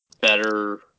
better